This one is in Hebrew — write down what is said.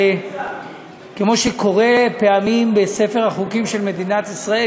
כמו שקורה פעמים בספר החוקים של מדינת ישראל,